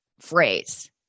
phrase